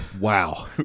Wow